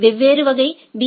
வெவ்வேறு வகை பி